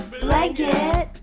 Blanket